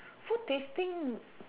food tasting